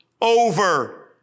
over